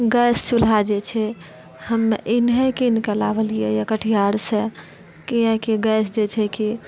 gas चूल्हा जे छै हम इन्है किनके लावलियै हँ कटिहारसँ किआकि गैस जे छै कि